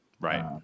Right